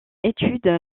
étude